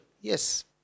Yes